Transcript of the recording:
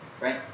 Right